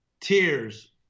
tears